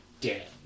dead